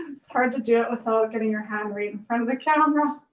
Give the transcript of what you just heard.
it's hard to do it without getting your hand right in front of the camera.